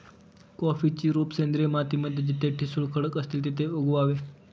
कॉफीची रोप सेंद्रिय माती मध्ये जिथे ठिसूळ खडक असतील तिथे उगवावे